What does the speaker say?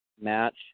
match